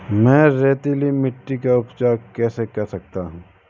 मैं रेतीली मिट्टी का उपचार कैसे कर सकता हूँ?